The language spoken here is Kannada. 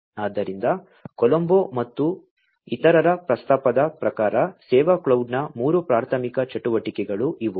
ಆದ್ದರಿಂದ ಕೊಲಂಬೊ ಮತ್ತು ಇತರರ ಪ್ರಸ್ತಾಪದ ಪ್ರಕಾರ ಸೇವಾ ಕ್ಲೌಡ್ನ 3 ಪ್ರಾಥಮಿಕ ಕಾರ್ಯಚಟುವಟಿಕೆಗಳು ಇವು